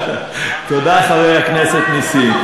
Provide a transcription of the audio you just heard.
תודה, חבר הכנסת נסים.